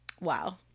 wow